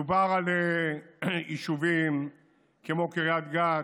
מדובר על יישובים כמו קריית גת,